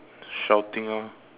shouting ah